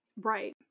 right